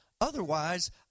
Otherwise